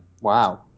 wow